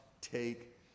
take